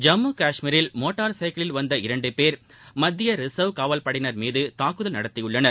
ஜம்மு காஷ்மீரில் மோட்டார் சைக்கிளில் வந்த இரண்டு பேர் மத்திய ரிசர்வ் காவல்படையினர் மீது தாக்குதல் நடத்தினர்